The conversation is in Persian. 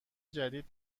جدید